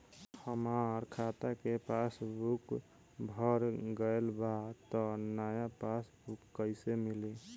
हमार खाता के पासबूक भर गएल बा त नया पासबूक कइसे मिली?